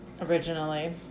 originally